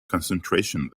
concentration